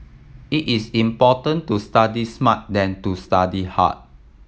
it is important to study smart than to study hard